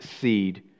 seed